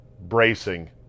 bracing